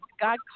God